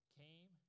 came